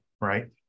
right